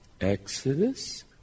Exodus